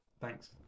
Thanks